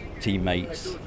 teammates